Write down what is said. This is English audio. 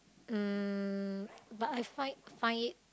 um but I find find it